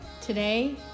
today